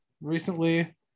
recently